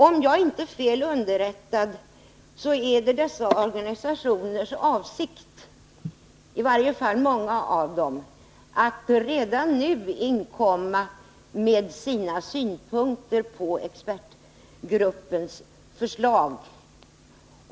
Om jag inte är fel underrättad är det dessa organisationers avsikt att — i varje fall gäller detta många av dem — redan nu inkomma med sina synpunkter på expertgruppens förslag.